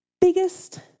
biggest